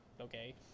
okay